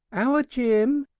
our jim?